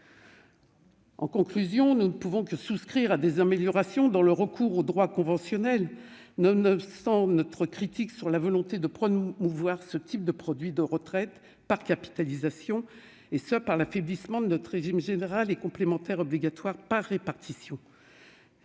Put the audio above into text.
En conclusion, nous ne pouvons que souscrire à des améliorations dans le recours aux droits conventionnels, nonobstant notre critique de la volonté de promouvoir ce type de produits d'épargne retraite par capitalisation et de l'affaiblissement de notre régime général et complémentaire obligatoire de retraite